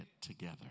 together